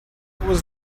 was